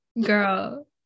girl